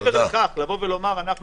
אני אסיים